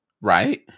right